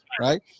right